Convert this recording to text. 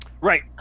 Right